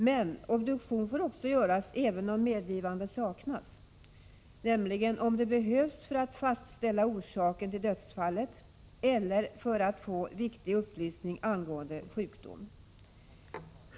Men obduktion får också göras även om medgivande saknas, nämligen om det behövs för att fastställa orsaken till dödsfallet eller för att få viktig upplysning angående sjukdom.